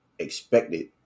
Expected